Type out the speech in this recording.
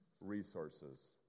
resources